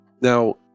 now